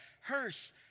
hearse